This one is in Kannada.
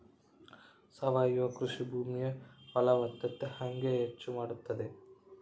ಸಾವಯವ ಕೃಷಿ ಭೂಮಿಯ ಫಲವತ್ತತೆ ಹೆಂಗೆ ಹೆಚ್ಚು ಮಾಡುತ್ತದೆ?